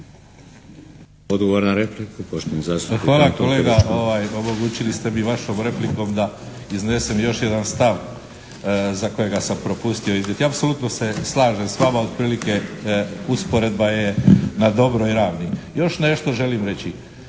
Odgovor na repliku,